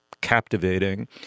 captivating